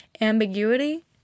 Ambiguity